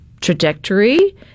Trajectory